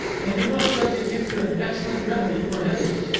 and you must let me give you an excellent remedy for headaches.